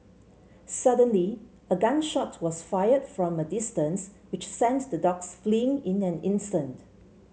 suddenly a gun shot was fired from a distance which sent the dogs fleeing in an instant